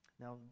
Now